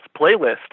Playlist